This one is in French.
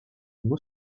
voire